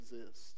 exist